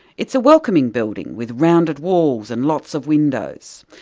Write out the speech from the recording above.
it's a welcoming building, with rounded walls and lots of windows,